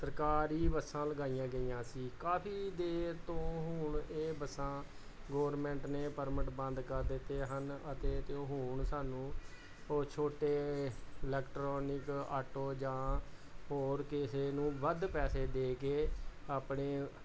ਸਰਕਾਰੀ ਬੱਸਾਂ ਲਗਾਈਆਂ ਗਈਆਂ ਸੀ ਕਾਫੀ ਦੇਰ ਤੋਂ ਹੁਣ ਇਹ ਬੱਸਾਂ ਗੋਰਮੈਂਟ ਨੇ ਪਰਮਿਟ ਬੰਦ ਕਰ ਦਿੱਤੇ ਹਨ ਅਤੇ ਅਤੇ ਹੁਣ ਸਾਨੂੰ ਉਹ ਛੋਟੇ ਇਲੈਕਟ੍ਰੋਨਿਕ ਆਟੋ ਜਾਂ ਹੋਰ ਕਿਸੇ ਨੂੰ ਵੱਧ ਪੈਸੇ ਦੇ ਕੇ ਆਪਣੇ